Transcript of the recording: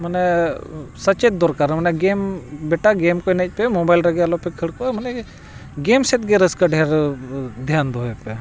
ᱢᱟᱱᱮ ᱥᱮᱪᱮᱫ ᱫᱚᱨᱠᱟᱨ ᱢᱟᱱᱮ ᱜᱮᱢ ᱵᱮᱴᱟ ᱜᱮᱢ ᱠᱚ ᱮᱱᱮᱡ ᱯᱮ ᱢᱳᱵᱟᱭᱤᱞ ᱨᱮᱜᱮ ᱟᱞᱚ ᱯᱮ ᱠᱷᱟᱹᱲ ᱠᱚᱜᱼᱟ ᱢᱟᱱᱮ ᱜᱮᱢ ᱥᱮᱫ ᱜᱮ ᱨᱟᱹᱥᱠᱟᱹ ᱰᱷᱮᱨ ᱫᱷᱮᱭᱟᱱ ᱫᱚᱦᱚᱭ ᱯᱮ